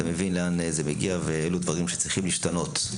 אתה מבין לאן זה מגיע ואלה דברים שצריכים להשתנות.